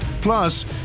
Plus